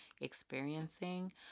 experiencing